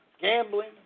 Gambling